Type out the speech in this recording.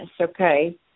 okay